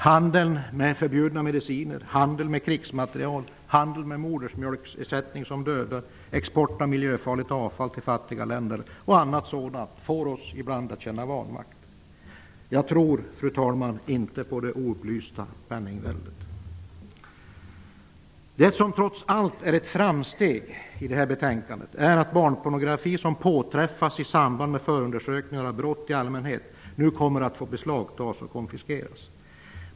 Handel med förbjudna mediciner, handel med krigsmateriel, handel med modersmjölksersättning som dödar, export av miljöfarligt avfall till fattiga länder och annat sådant får oss ibland att känna vanmakt. Jag tror, fru talman, inte på det oupplysta penningväldet. Det som trots allt är ett framsteg i det här betänkandet är att barnpornografi som påträffas i samband med förundersökningar av brott i allmänhet nu kommer att få beslagtas och konfiskeras.